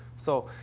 so,